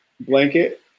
blanket